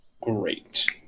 Great